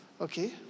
Okay